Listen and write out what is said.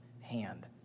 hand